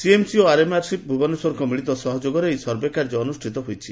CMC ଓ RMRC ଭୁବନେଶ୍ୱରଙ୍କ ମିଳିତ ସହଯୋଗରେ ଏହି ସର୍ଭେ କାର୍ଯ୍ୟ ଅନୁଷିତ ହୋଇଛି